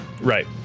Right